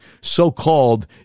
so-called